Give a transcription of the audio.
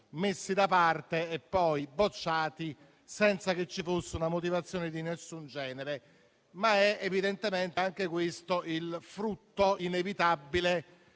messi da parte e poi bocciati senza una motivazione di alcun genere. È evidentemente anche questo il frutto inevitabile